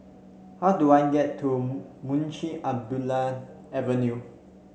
how do I get to Munshi Abdullah Avenue